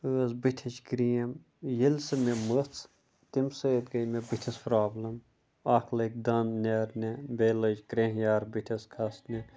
ٲس بٕتھِچ کریٖم ییٚلہِ سُہ مےٚ مٔژھ تمہِ سۭتۍ گٔے مےٚ بٕتھِس پرٛابلم اکھ لٔگۍ دانہٕ نیرنہِ بیٚیہِ لٔج کرٛینٛہہ یار بٕتھِس کھَسنہِ